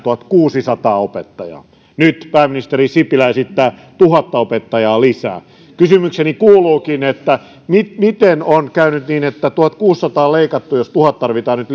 tuhatkuusisataa opettajaa nyt pääministeri sipilä esittää tuhatta opettajaa lisää kysymykseni kuuluukin miten on käynyt niin että tuhatkuusisataa on leikattu jos tuhanteen tarvitaan nyt